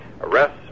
arrests